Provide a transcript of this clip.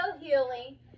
healing